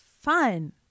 fun